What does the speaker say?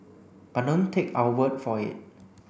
but don't take our word for it